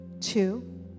Two